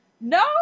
No